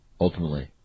ultimately